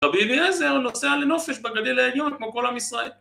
רבי אליעזר נוסע לנופש בגליל העליון כמו כל עם ישראל